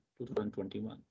2021